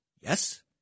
Yes